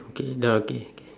okay the K K